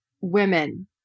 women